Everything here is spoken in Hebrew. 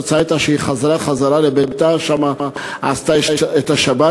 התוצאה הייתה שהיא חזרה לביתה ושם עשתה את השבת.